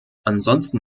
ansonsten